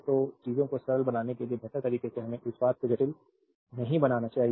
तो चीजों को सरल बनाने के लिए बेहतर तरीके से हमें इस बात को जटिल नहीं बनाना चाहिए